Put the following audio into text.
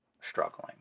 struggling